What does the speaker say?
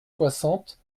soixante